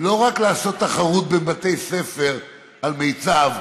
לא רק לעשות תחרות בבתי ספר על מיצ"ב,